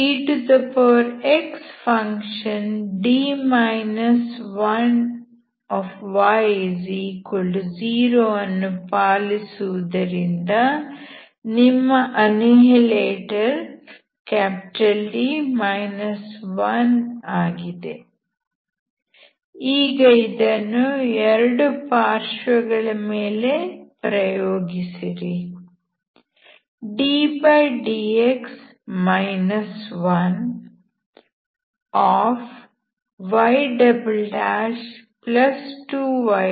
ex function D 1y0 ಅನ್ನು ಪಾಲಿಸುವುದರಿಂದ ನಿಮ್ಮ ಅನಿಹಿಲೇಟರ್ D 1 ಆಗಿದೆ ಈಗ ಇದನ್ನು 2 ಪಾರ್ಶ್ವಗಳ ಮೇಲೆ ಪ್ರಯೋಗಿಸಿರಿ ddx 1y2yyddx 1ex